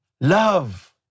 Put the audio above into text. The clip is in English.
love